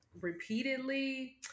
repeatedly